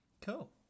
Cool